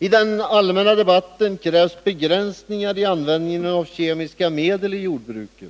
I den allmänna debatten krävs begränsningar i användningen av kemiska medel i jordbruket.